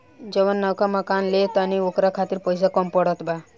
जवन नवका मकान ले तानी न ओकरा खातिर पइसा कम पड़त बा